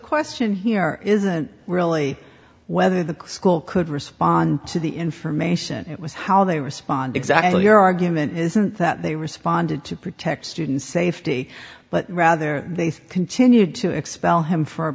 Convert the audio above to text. question here isn't really whether the school could respond to the information it was how they respond exactly your argument isn't that they responded to protect students safety but rather they continued to expel him for